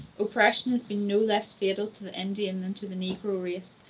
oppression has been no less fatal to the indian than to the negro race,